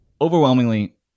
Overwhelmingly